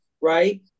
right